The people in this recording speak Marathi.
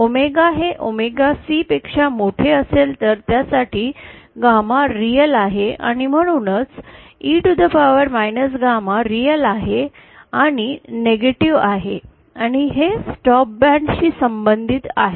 ओमेगा हे ओमेगा C पेक्षा मोठे असेल तर त्यासाठी गॅमा वास्तविक आहे आणि म्हणूनच e to the power वास्तविक आहे आणि नेगटिव आहे आणि हे स्टॉप बँड शी संबंधित आहे